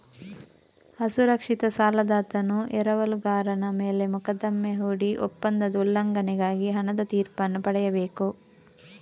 ಅಸುರಕ್ಷಿತ ಸಾಲದಾತನು ಎರವಲುಗಾರನ ಮೇಲೆ ಮೊಕದ್ದಮೆ ಹೂಡಿ ಒಪ್ಪಂದದ ಉಲ್ಲಂಘನೆಗಾಗಿ ಹಣದ ತೀರ್ಪನ್ನು ಪಡೆಯಬೇಕು